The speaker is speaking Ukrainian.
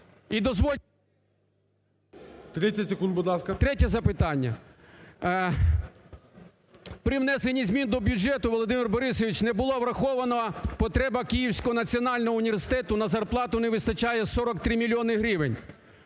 ЛИТВИН В.М. …третє запитання. При внесенні змін до бюджету, Володимир Борисович, не було врахована потреба Київського національного університету. На зарплату не вистачає 43 мільйони гривень.